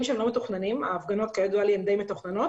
במצבים שהם לא מתוכננים וכידוע לי ההפגנות די מתוכננות